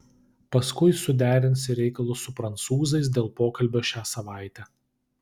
paskui suderinsi reikalus su prancūzais dėl pokalbio šią savaitę